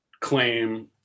claim